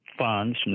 funds